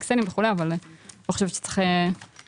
אבל הבקשה היא שלא חשוב איזו תקרה תיקבע